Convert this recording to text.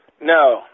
no